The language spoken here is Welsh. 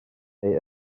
neu